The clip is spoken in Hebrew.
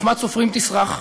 וחוכמת סופרים תסרח,